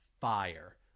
fire